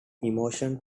emotion